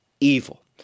evil